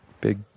Big